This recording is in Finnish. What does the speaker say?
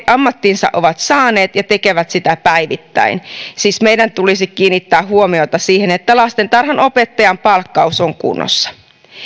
ammattiinsa ovat saaneet ja jota he tekevät päivittäin siis meidän tulisi kiinnittää huomiota siihen että lastentarhanopettajan palkkaus on kunnossa